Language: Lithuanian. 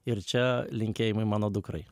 ir čia linkėjimai mano dukrai